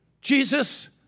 Jesus